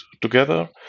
together